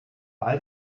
all